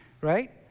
right